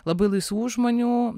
labai laisvų žmonių